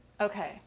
Okay